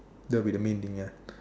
that will be the main thing ah